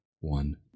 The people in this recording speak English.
one